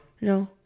No